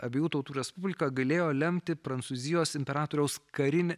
abiejų tautų respublika galėjo lemti prancūzijos imperatoriaus karinę